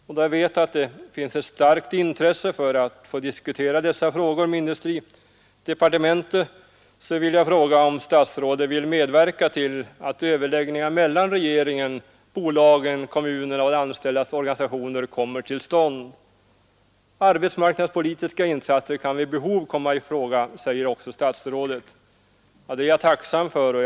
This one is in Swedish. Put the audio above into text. Då jag vet att det finns ett starkt intresse av att få diskutera dessa frågor med industridepartementet, vill jag fråga om statsrådet vill medverka till att överläggningar mellan regeringen, bolagen, kommunerna och de anställdas organisationer kommer stånd. Arbetsmarknadspolitiska insatser kan vid behov komma i fråga, säger också statsrådet. Jag är tacksam för det uttalandet.